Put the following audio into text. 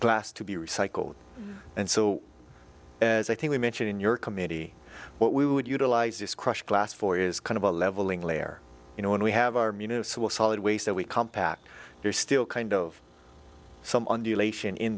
glass to be recycled and so as i think we mentioned in your committee what we would utilize this crush glass for is kind of a leveling layer you know when we have our municipal solid waste that we compact you're still kind of some